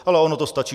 Ale ono to stačí.